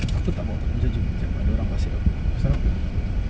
aku tak bawa portable charger kejap ada orang WhatsApp aku pasal apa ni